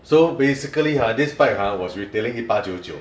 so basically ha this bike ha was retailing 一八九九